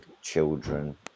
children